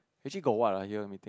actually got what [huh] hear of meeting